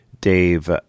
dave